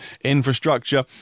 infrastructure